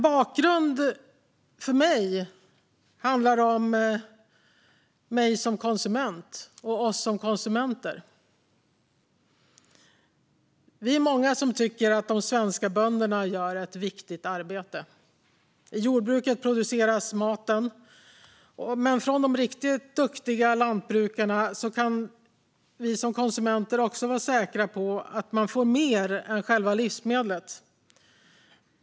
Bakgrunden till dessa frågor handlar om oss konsumenter. Vi är många som tycker att de svenska bönderna gör ett viktigt arbete. I jordbruket produceras maten, men från de riktigt duktiga lantbrukarna kan vi som konsumenter också vara säkra på att vi får mer än själva livsmedlet.